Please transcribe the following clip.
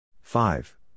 five